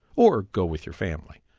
or go with your family.